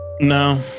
no